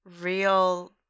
real